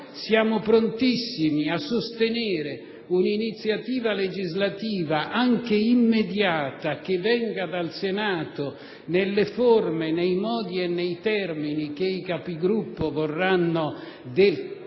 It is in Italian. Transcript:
però, prontissimi a sostenere una iniziativa legislativa, anche immediata, che venga dal Senato, nelle forme, nei modi e nei termini che i Capigruppo vorranno determinare,